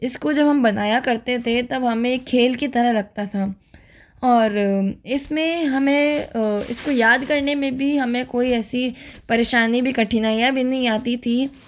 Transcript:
इसको जब हम बनाया करते थे तब हमें खेल की तरह लगता था और इसमें हमें इसको याद करने में भी हमें कोई ऐसी परेशानी भी कठिनाइयाँ भी नहीं आती थी